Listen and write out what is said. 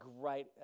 great